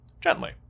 Gently